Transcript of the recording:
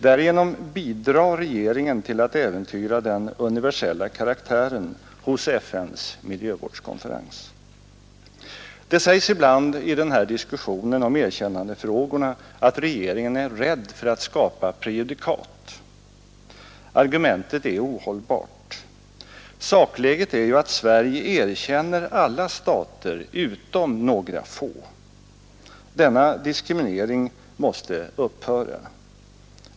Därigenom bidrar regeringen till att äventyra den universella karaktären hos FN:s miljövårdskonferens. Det sägs ibland i diskussionen om erkännandefrågorna att regeringen är rädd för att skapa prejudikat. Argumentet är ohållbart. Sakläget är ju att Sverige erkänner alla stater utom några få. Denna diskriminering måste upphöra.